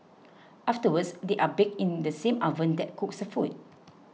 afterwards they are baked in the same oven that cooks her food